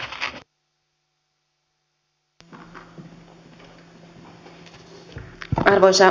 arvoisa puhemies